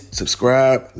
subscribe